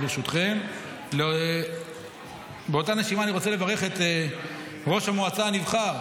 אני רוצה לברך את ראש המועצה הנבחר